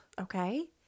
Okay